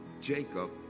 Jacob